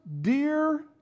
dear